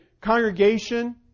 congregation